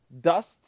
dust